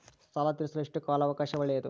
ಸಾಲ ತೇರಿಸಲು ಎಷ್ಟು ಕಾಲ ಅವಕಾಶ ಒಳ್ಳೆಯದು?